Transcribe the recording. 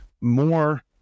more